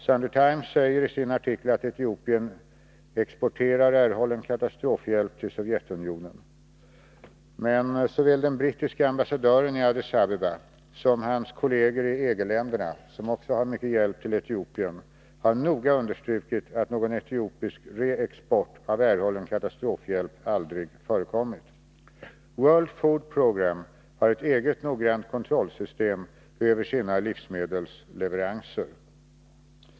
Sunday Times säger i sin artikel att Etiopien exporterar erhållen katastrofhjälp till Sovjetunionen, men såväl den brittiske ambassadören i Addis Abeba som hans kolleger i EG-länderna, som också ger mycken hjälp till Etiopien, har noga understrukit att någon etiopisk reexport av erhållen katastrofhjälp aldrig förekommit. World Food Program har ett eget noggrant kontrollsystem för sina livsmedelsleveranser.